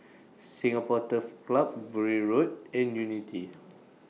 Singapore Turf Club Bury Road and Unity